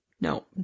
no